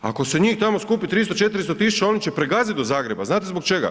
Ako se njih tamo skupi 300, 400 000, oni će pregaziti do Zagreba, znate zbog čega?